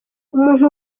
umuntu